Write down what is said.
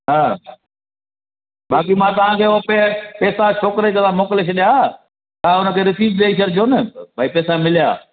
हा बाक़ी मां तव्हांखे ओ पे पैसा छोकिरे जे हथां मोकिले छॾियां हा उनखे रसीद ॾेई छॾिजो न भई पैसा मिल्या